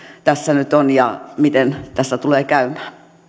tässä nyt on ja miten tässä tulee käymään